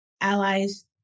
allies